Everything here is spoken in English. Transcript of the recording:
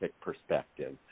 perspective